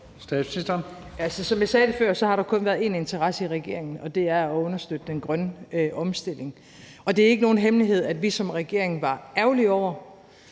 Frederiksen): Som jeg sagde før, har der kun været én interesse i regeringen, og det er at understøtte den grønne omstilling. Det er ikke nogen hemmelighed, at vi som regering var ærgerlige over,